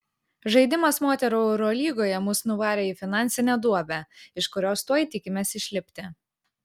žaidimas moterų eurolygoje mus nuvarė į finansinę duobę iš kurios tuoj tikimės išlipti